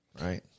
Right